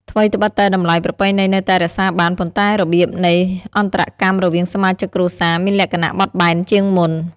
ថ្វីត្បិតតែតម្លៃប្រពៃណីនៅតែរក្សាបាន ប៉ុន្តែរបៀបនៃអន្តរកម្មរវាងសមាជិកគ្រួសារមានលក្ខណៈបត់បែនជាងមុន។